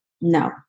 no